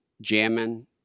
jamming